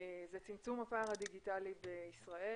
זה צמצום הפער הדיגיטלי בישראל,